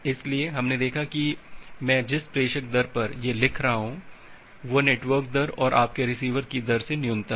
इसलिए हमने देखा है कि मैं जिस प्रेषक दर पर यह लिख रहा हूं वह नेटवर्क दर और आपके रिसीवर की दर से न्यूनतम है